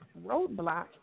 roadblock